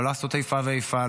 לא לעשות איפה ואיפה,